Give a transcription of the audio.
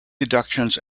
deductions